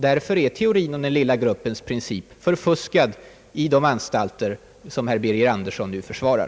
Därför är teorin om den lilla gruppens princip förfuskad i de anstalter som herr Birger Andersson nu försvarar.